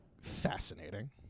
fascinating